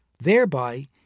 Thereby